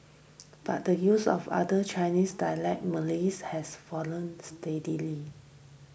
but the use of other Chinese dialects Malay's has fallen steadily